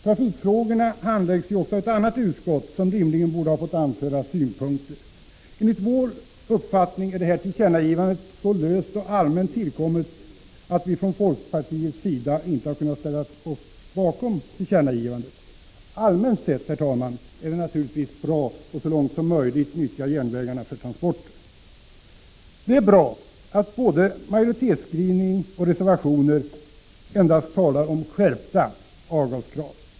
Trafikfrågorna handläggs ju också av annat utskott, som rimligen borde ha fått anföra synpunkter. Enligt vår uppfattning är tillkännagivandet löst och allmänt tillkommet, och från folkpartiets sida har vi därför inte kunnat ställa oss bakom förslaget om tillkännagivande. Allmänt sett är det naturligtvis bra att så långt som möjligt utnyttja järnvägarna för transporter. Det är bra att såväl majoritetsskrivning som reservationer endast talar om skärpta avgaskrav.